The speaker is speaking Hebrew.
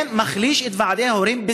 זה מחליש את ועדי ההורים,